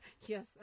Yes